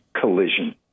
collision